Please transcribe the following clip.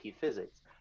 physics